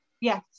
Yes